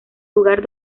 lugar